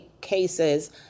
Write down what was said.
cases